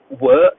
work